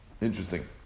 Interesting